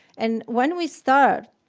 and when we start